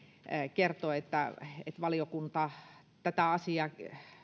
kertoi että valiokunta tätä asiaa